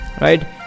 right